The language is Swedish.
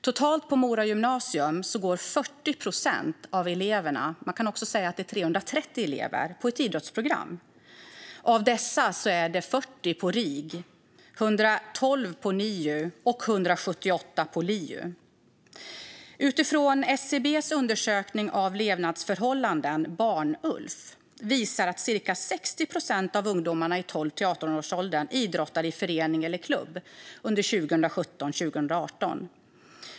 Totalt på Mora gymnasium går 40 procent av eleverna - eller 330 elever - på ett idrottsprogram. Av dessa är det 40 på RIG, 112 på NIU och 178 på LIU. SCB:s undersökning av levnadsförhållanden, Barn-ULF, visar att ca 60 procent av ungdomarna i 12-18-årsåldern idrottade i förening eller klubb under 2017-2018.